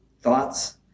thoughts